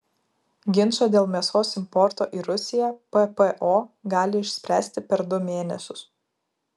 ginčą dėl mėsos importo į rusiją ppo gali išspręsti per du mėnesius